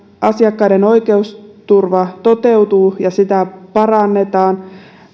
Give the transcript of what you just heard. asiakkaiden oikeusturva toteutuu ja sitä parannetaan